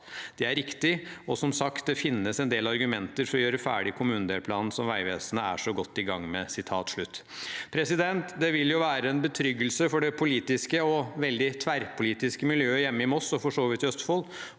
«Det er riktig. Og som sagt, det finnes en del argumenter for å gjøre ferdig. kommunedelplanen som Vegvesenet er så godt i gang med.» Det ville være en betryggelse for det politiske og veldig tverrpolitiske miljøet hjemme i Moss, og for så vidt også i Østfold,